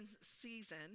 season